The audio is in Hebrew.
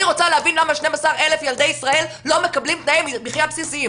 אני רוצה להבין למה 12 אלף ילדי ישראל לא מקבלים תנאי מחייה בסיסיים